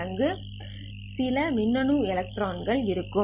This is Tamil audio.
மடங்கு சில மின்னணுகள் இருக்கும்